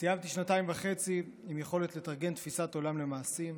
סיימתי שנתיים וחצי עם יכולת לתרגם תפיסת עולם למעשים,